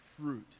fruit